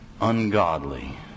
ungodly